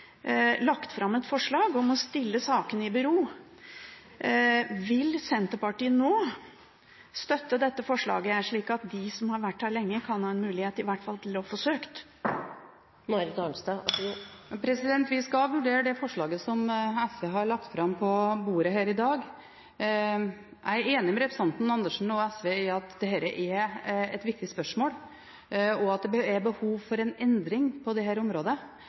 lagt fram et forslag om å stille sakene i bero. Vil Senterpartiet nå støtte dette forslaget, slik at de som har vært her lenge, kan ha en mulighet i hvert fall til å søke? Vi skal vurdere det forslaget som SV har lagt fram her i dag. Jeg er enig med representanten Andersen og SV i at dette er et viktig spørsmål, og at det er behov for en endring på dette området.